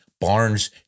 Barnes